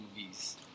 movies